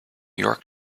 york